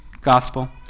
gospel